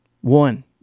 One